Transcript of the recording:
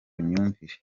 imyumvire